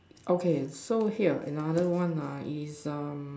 okay so here another one ah is um